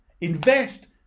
Invest